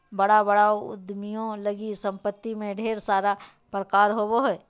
बड़ा बड़ा उद्यमियों लगी सम्पत्ति में ढेर सारा प्रकार होबो हइ